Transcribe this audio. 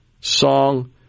song